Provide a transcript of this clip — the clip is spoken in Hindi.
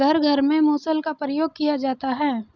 घर घर में मुसल का प्रयोग किया जाता है